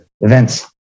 events